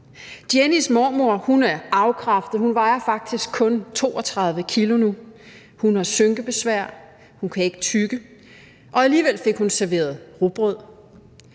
Jennies mormor er afkræftet, hun vejer faktisk kun 32 kg nu, hun har synkebesvær, hun kan ikke tygge, og alligevel fik hun serveret rugbrød.